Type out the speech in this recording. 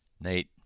Nate